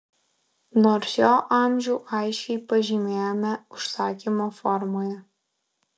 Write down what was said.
nors jo amžių aiškiai pažymėjome užsakymo formoje